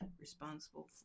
responsible